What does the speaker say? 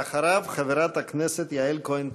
ואחריו, חברת הכנסת יעל כהן-פארן.